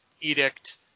Edict